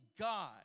God